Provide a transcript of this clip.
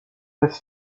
was